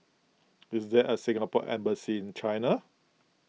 is there a Singapore Embassy in China